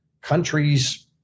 countries